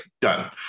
done